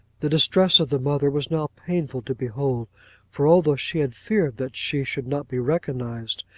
the distress the mother was now painful to behold for, although she had feared that she should not be recognised,